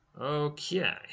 Okay